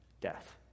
death